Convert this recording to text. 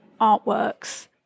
artworks